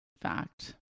fact